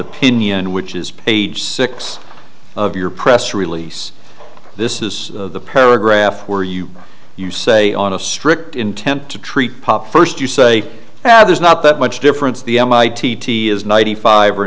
opinion which is page six of your press release this is the paragraph where you you say on a strict intent to treat first you say now there's not that much difference the m i t t is ninety five or